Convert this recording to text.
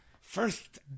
First